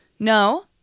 No